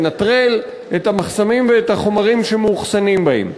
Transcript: לנטרל את המחסנים ואת החומרים שמאוחסנים בהם.